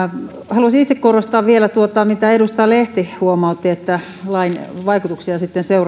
haluaisin itse korostaa vielä tuota mistä edustaja lehti huomautti että lain vaikutuksia